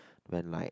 when my